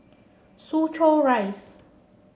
Soo Chow Rise